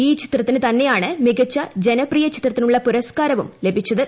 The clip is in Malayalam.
ഈ ചിത്രത്തിന് തന്നെയാണ് മികച്ച ജനപ്രിയ ചിത്രത്തിനുള്ള പുരസ്കാരവും ലഭിച്ചത്